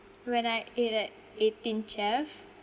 when I ate at eighteen chef